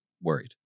worried